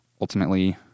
Ultimately